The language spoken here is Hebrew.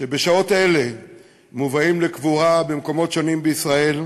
שבשעות אלה מובאים לקבורה במקומות שונים בישראל,